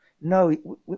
no